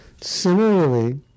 similarly